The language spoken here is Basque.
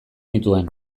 nituen